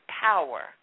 power